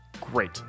great